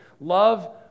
Love